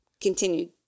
continued